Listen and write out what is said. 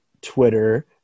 Twitter